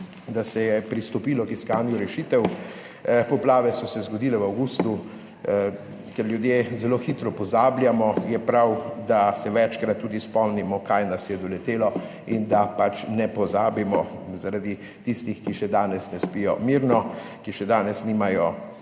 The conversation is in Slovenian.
katastrofi pristopilo k iskanju rešitev. Poplave so se zgodile v avgustu. Ker ljudje zelo hitro pozabljamo, je prav, da se večkrat tudi spomnimo, kaj nas je doletelo, da pač ne pozabimo zaradi tistih, ki še danes ne spijo mirno, ki še danes nimajo